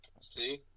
See